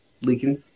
leaking